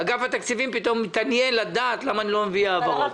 אגף התקציבים פתאום מתעניין לדעת למה אני לא מביא העברות.